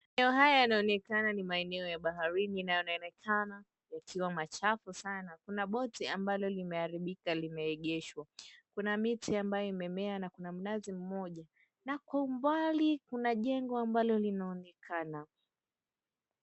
Maeneo haya yanaonekana ni maeneo ya baharini yanaonekana yakiwa machafu sana kuna boti ambalo limeharibikia limeegeshwa. Kuna miti ambayo imemea na kuna mnazi mmoja na kwa mbali kuna jengo ambalo linaonekana.